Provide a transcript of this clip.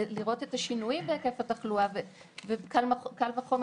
לראות את השינויים בהיקף התחלואה וקל וחומר